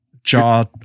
Jaw